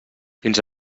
fins